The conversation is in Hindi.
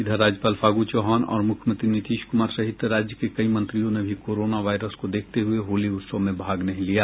इधर राज्यपाल फागू चौहान और मुख्यमंत्री नीतीश कुमार सहित राज्य के कई मंत्रियों ने भी कोरोना वायरस को देखते हुये होली उत्सव में भाग नहीं लिया